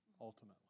ultimately